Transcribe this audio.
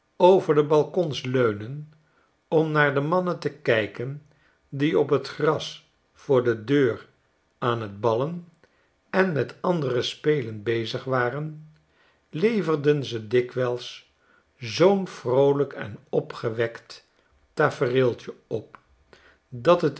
over de balkons leunden om naar de mannen te kijken die op t gras voor de deur aan t ballen en met andere spelen bezig waren leverden ze dikwijls zoo'n vroolijk en opgewekt tafereeltje op dat het